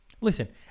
Listen